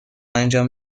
انجام